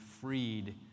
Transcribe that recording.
freed